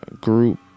Group